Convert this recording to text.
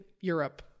europe